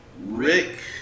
Rick